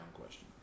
questions